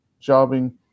jobbing